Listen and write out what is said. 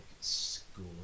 school